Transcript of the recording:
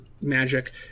magic